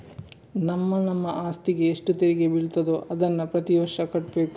ನಮ್ಮ ನಮ್ಮ ಅಸ್ತಿಗೆ ಎಷ್ಟು ತೆರಿಗೆ ಬೀಳ್ತದೋ ಅದನ್ನ ಪ್ರತೀ ವರ್ಷ ಕಟ್ಬೇಕು